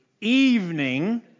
evening